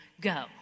Go